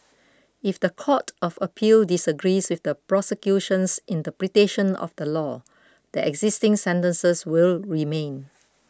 if the Court of Appeal disagrees with the prosecution's interpretation of the law the existing sentences will remain